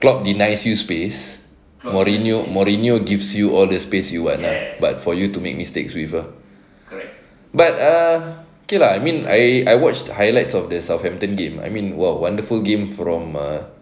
klopp denies you space mourinho mourinho gives you all the space you want but for you to make mistakes with ah but ah okay lah I mean I watch the highlights of the southampton game I mean !wow! wonderful game from a